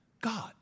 God